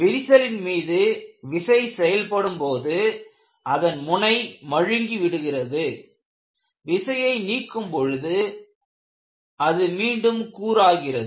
விரிசலின் மீது விசை செயல்படும் போது அதன் முனை மழுங்கி விடுகிறது விசையை நீக்கும் பொழுது அது மீண்டும் கூராகிறது